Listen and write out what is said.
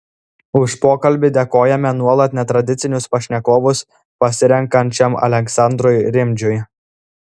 už pokalbį dėkojame nuolat netradicinius pašnekovus pasirenkančiam aleksandrui rimdžiui